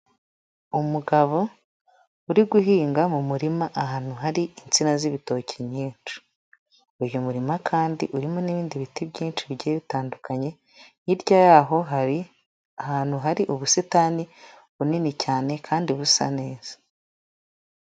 Umugabo uri guhinga mu murima ahantu hari insina z'ibitoki nyinshi, uyu murima kandi urimo n'ibindi biti byinshi bigiye bitandukanye, hirya y'aho hari ahantu hari ubusitani bunini cyane kandi busa neza.